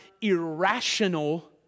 irrational